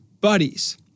buddies